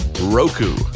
Roku